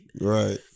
Right